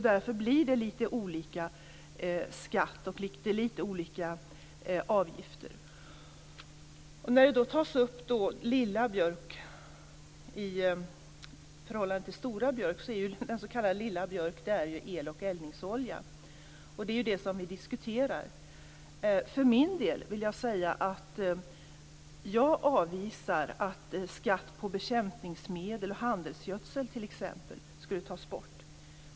Därför blir det lite olika skatt och lite olika avgifter. Den s.k. lilla Björk togs upp i förhållande till den s.k. stora Björk. Den s.k. lilla Björk rör ju el och eldningsolja. Det är ju det som vi diskuterar. Jag avvisar att skatt på t.ex. bekämpningsmedel och handelsgödsel skall tas bort.